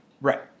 Right